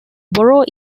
borough